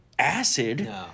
Acid